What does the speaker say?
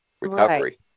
recovery